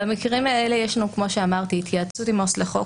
במקרים האלה יש התייעצות עם עובד סוציאלי לחוק